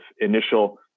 initial